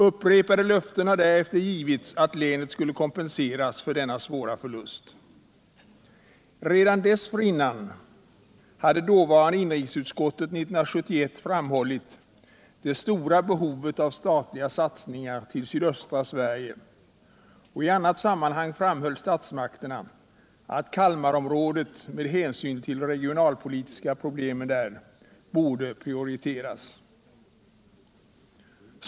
Upprepade löften har därefter givits att länet skulle kompenseras för denna svåra förlust. Redan dessförinnan, år 1971, hade dåvarande inrikesutskottet framhållit det stora behovet av statliga satsningar till sydöstra Sverige, och i annat sammanhang framhöll statsmakterna att Kalmarområdet med hänsyn till sina regionalpolitiska problem borde prioriteras.